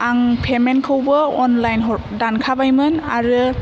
आं फेमेन्थखौबो अनलाइन हर दानखाबायमोन आरो